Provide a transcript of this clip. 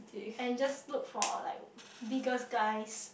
and just look for like biggest guys